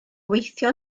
gweithio